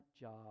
job